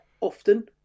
often